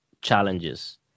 challenges